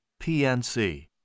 PNC